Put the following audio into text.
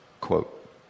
quote